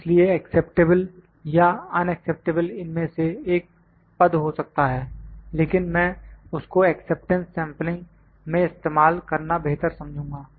इसलिए एक्सेप्टेबल या अनअक्सेप्टेबल इनमें से एक पद हो सकता है लेकिन मैं उसको एक्सेप्टेंस सेंपलिंग में इस्तेमाल करना बेहतर समझूंगा